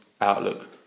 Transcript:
Outlook